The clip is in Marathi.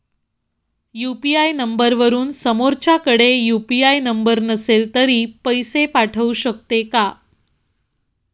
यु.पी.आय नंबरवरून समोरच्याकडे यु.पी.आय नंबर नसेल तरी पैसे पाठवू शकते का?